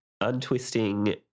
Untwisting